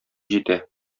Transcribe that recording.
җитә